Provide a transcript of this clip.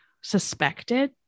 suspected